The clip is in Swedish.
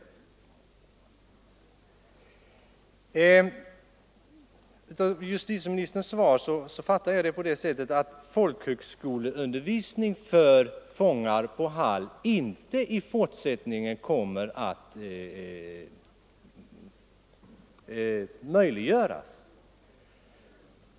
Jag uppfattar justitieministerns svar på det sättet att folkhögskolundervisning för fångar på Hall i fortsättningen inte kommer att möjliggöras.